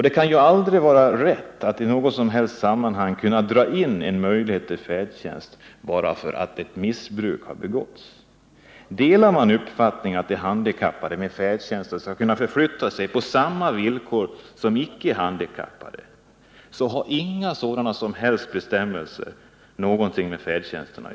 Det kan aldrig i något sammanhang vara rätt att dra in färdtjänst bara för att den någon gång har missbrukats. Delar man uppfattningen att de handikappade skall kunna förflytta sig på samma villkor som de icke handikappade, bör det inte finnas sådana bestämmelser om inskränkning av färdtjänsten.